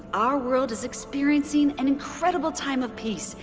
our world is experiencing an incredible time of peace,